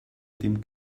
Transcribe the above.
dem